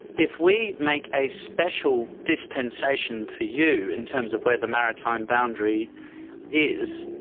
if we make a special dispensation for you in terms of where the maritime boundary is,